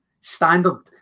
standard